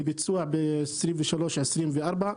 לביצוע ב-23'-24'.